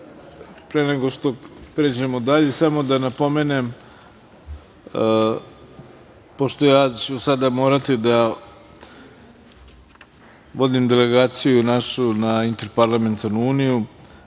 pre nego što pređemo dalje, samo da napomenem, pošto ću sada morati da vodim našu delegaciju na Interparlamentarnu uniju,